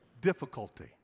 difficulty